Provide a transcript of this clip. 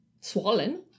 swollen